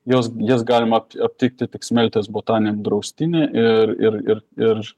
jos jas galima aptikti tik smeltės botaniniam draustiny ir ir ir ir